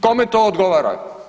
Kome to odgovara?